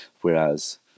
whereas